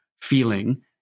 feeling